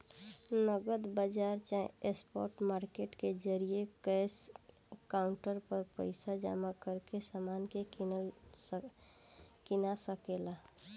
नगद बाजार चाहे स्पॉट मार्केट के जरिये कैश काउंटर पर पइसा जमा करके समान के कीना सके ला